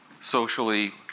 socially